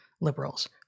liberals